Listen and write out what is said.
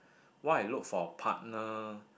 why I look for a partner